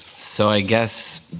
so i guess,